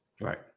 Right